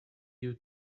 you